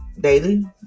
daily